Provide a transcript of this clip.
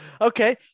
Okay